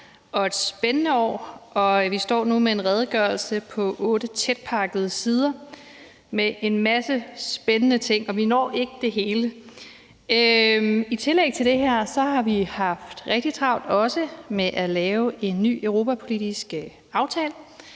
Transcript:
og et spændende år, og vi står nu med en redegørelse på otte tætpakkede sider med en masse spændende ting, og vi når ikke det hele. I tillæg til det her har vi haft rigtig travlt også med at lave en ny europapolitisk aftale.